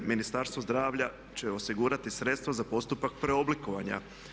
Ministarstvo zdravlja će osigurati sredstva za postupak preoblikovanja.